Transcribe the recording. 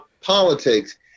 politics